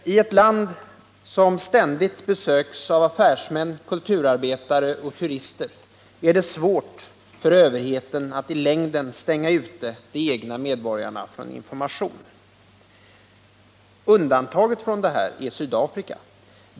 I ett land som ständigt besöks av affärsmän, kulturarbetare och turister är det svårt för överheten att i längden stänga ute de egna medborgarna från information. Undantaget i detta sammanhang är Sydafrika.